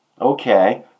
okay